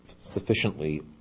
sufficiently